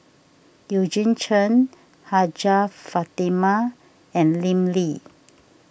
Eugene Chen Hajjah Fatimah and Lim Lee